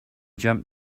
jump